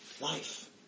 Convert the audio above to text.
Life